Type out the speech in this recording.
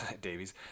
Davies